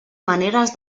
maneres